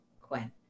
Quinn